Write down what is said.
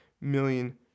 million